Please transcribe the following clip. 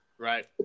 Right